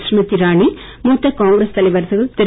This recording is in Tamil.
ஸ்மிருதி இரானி மூத்த காங்கிரஸ் தலைவர்கள் திரு